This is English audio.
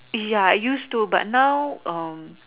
ya I used to but now um